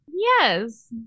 Yes